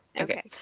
okay